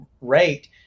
rate